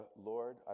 Lord